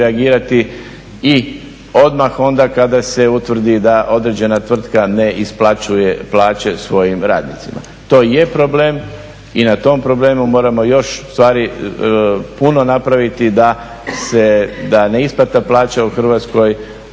i odmah onda kada se utvrdi da određene tvrtka ne isplaćuje plaće svojim radnicima. To je problem, i na tom problemu moramo još puno napraviti da se neisplata plaća u Hrvatskoj